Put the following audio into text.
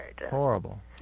Horrible